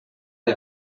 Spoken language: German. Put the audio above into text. der